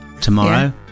tomorrow